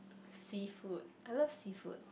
seafood I love seafood